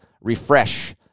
refresh